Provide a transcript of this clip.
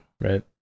Right